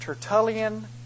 Tertullian